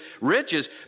riches